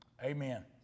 Amen